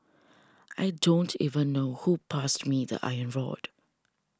I don't even know who passed me the iron rod